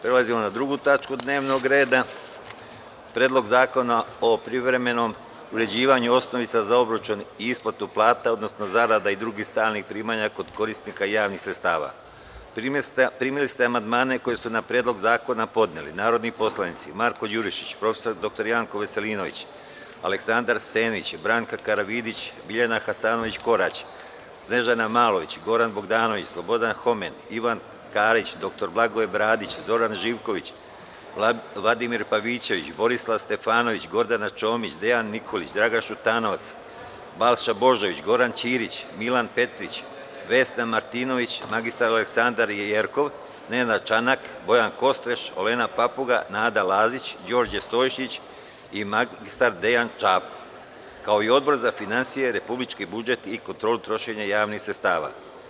Prelazimo na 2. tačku dnevnog reda – PREDLOG ZAKONA O PRIVREMENOM UREĐIVANjU OSNOVICA ZA OBRAČUN I ISPALTU PLATA, ODNOSNO ZARADA I DRUGIH STALNIH PRIMANjA KOD KORISNIKA JAVNIH SREDSTAVA Primili ste amandmane koji su na predlog zakona podneli narodni poslanici Marko Đurišić, prof. dr Janko Veselinović, Aleksandar Senić, Branka Karavidić, Biljana Hasanović Korać, Snežana Malović, Goran Bogdanović, Slobodan Homen, Ivan Karić, dr Blagoje Bradić, Zoran Živković, Vladimir Pavićević, Borislav Stefanović, Gordana Čomić, Dejan Nikolić, Dragan Šutanovac, Balša Božović, Goran Ćirić, Milan Petrić, Vesna Martinović, mr Aleksandra Jerkov, Nenad Čanak, Bojan Kostreš, Olena Papuga, Nada Lazić, Đorđe Stojšić i mr Dejan Čapo, kao i Odbor za finansije, republički budžet i kontrolu trošenja javnih sredstava.